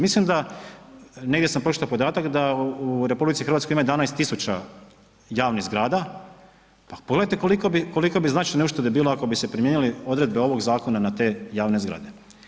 Mislim da, negdje sam pročito podatak da u RH ima 11000 javnih zgrada, pa pogledajte koliko bi, koliko bi značajne uštede bilo ako bi se primijenili odredbe ovog zakona na te javne zgrade.